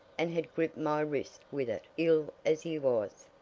and had gripped my wrist with it ill as he was,